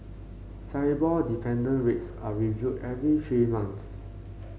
S I B O R dependent rates are reviewed every three months